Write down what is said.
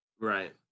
Right